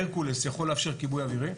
ההרקולס יכול לאפשר כיבוי אווירי,